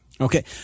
Okay